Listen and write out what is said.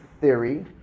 theory